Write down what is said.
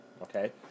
okay